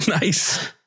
Nice